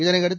இதனையடுத்து